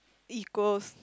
equals